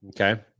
okay